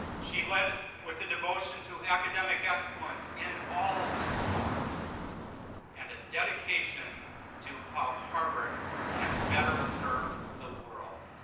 she led with a devotion to academic excellence in all its forms and a dedication to how harvard can better serve the world.